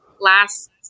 last